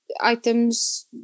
items